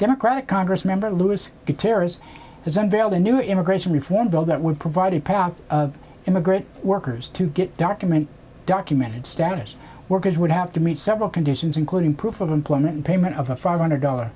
democratic congress member loose the tears as unveiled a new immigration reform bill that would provide a path of immigrant workers to get document documented status workers would have to meet several conditions including proof of employment payment of a five hundred dollar